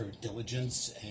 diligence